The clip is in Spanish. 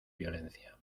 violencia